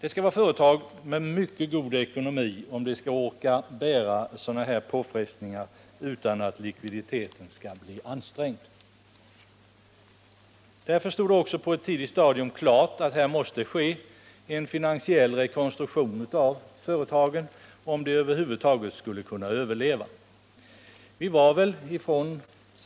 Endast företag med mycket god ekonomi orkar bära sådana här påfrestningar utan att likviditeten blir ansträngd. Därför stod det också på ett tidigt stadium klart att här måste ske en finansiell rekonstruktion av företagen, om de över huvud taget skulle kunna överleva.